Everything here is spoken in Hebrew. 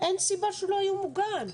ואין סיבה שלא יהיה מוגן,